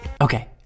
Okay